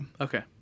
Okay